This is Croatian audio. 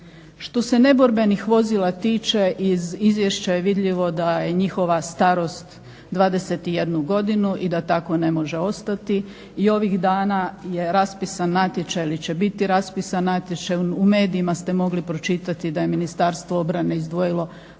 Što se neborbenih vozila tiče iz izvješća je vidljivo da je njihova starost 21 godinu i da tako ne može ostati i ovih dana je raspisan natječaj ili će biti raspisan natječaj u medijima ste mogli pročitati da je Ministarstvo obrane izdvojilo